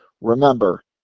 Remember